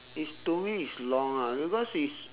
it's to me it's long ah because it's